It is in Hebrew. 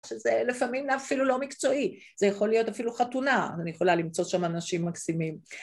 שזה לפעמים אפילו לא מקצועי, זה יכול להיות אפילו חתונה, אני יכולה למצוא שם אנשים מקסימים.